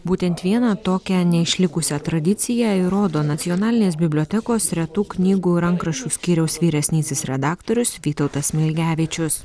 būtent vieną tokią neišlikusią tradiciją ir rodo nacionalinės bibliotekos retų knygų ir rankraščių skyriaus vyresnysis redaktorius vytautas smilgevičius